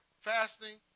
fasting